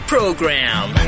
Program